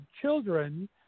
children